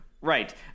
Right